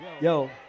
yo